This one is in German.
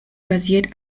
basiert